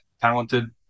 talented